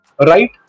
Right